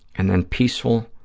and then peaceful,